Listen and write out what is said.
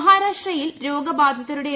മഹാരാഷ്ട്രയിൽ രോഗബാധിതരുടെ ആയി